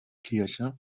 kirche